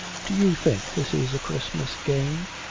do you think this is a christmas game?